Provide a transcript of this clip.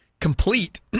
complete